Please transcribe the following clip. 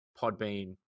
podbean